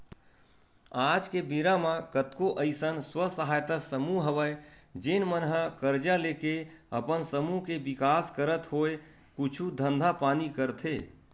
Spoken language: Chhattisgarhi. आज के बेरा म कतको अइसन स्व सहायता समूह हवय जेन मन ह करजा लेके अपन समूह के बिकास करत होय कुछु धंधा पानी करथे